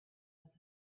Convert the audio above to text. was